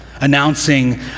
announcing